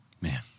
Man